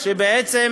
כשבעצם